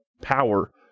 power